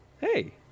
hey